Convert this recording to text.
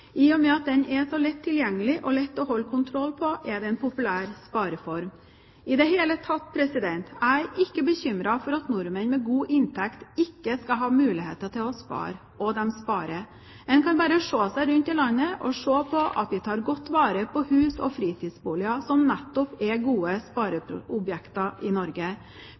I og med at den er så lett tilgjengelig og lett å holde kontroll på, er den en populær spareform. I det hele tatt er jeg ikke bekymret for at nordmenn med god inntekt ikke skal ha mulighet til å spare – og de sparer. En kan bare se seg rundt i landet og se at vi tar godt vare på hus og fritidsboliger, som nettopp er gode spareobjekter i Norge.